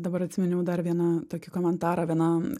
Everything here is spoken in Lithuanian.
dabar atsiminiau dar vieną tokį komentarą viena